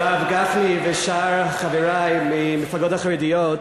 הרב גפני ושאר חברי מהמפלגות החרדיות,